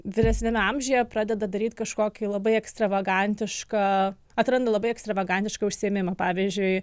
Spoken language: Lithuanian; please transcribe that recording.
vyresniame amžiuje pradeda daryt kažkokį labai ekstravagantišką atranda labai ekstravagantišką užsiėmimą pavyzdžiui